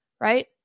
Right